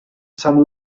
some